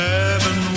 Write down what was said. Heaven